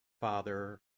Father